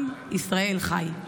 עם ישראל חי.